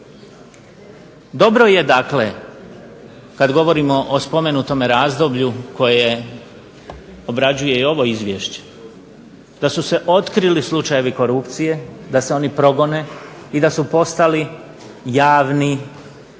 Dobro je dakle, kad govorimo o spomenutom razdoblju koje obrađuje i ovo izvješće, da su se otkrili slučajevi korupcije, da se oni progone i da su postali javni, da